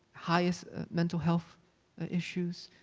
highest mental health issues,